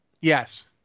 Yes